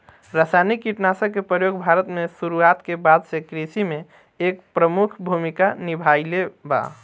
रासायनिक कीटनाशक के प्रयोग भारत में शुरुआत के बाद से कृषि में एक प्रमुख भूमिका निभाइले बा